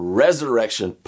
resurrection